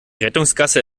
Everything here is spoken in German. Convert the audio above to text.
rettungsgasse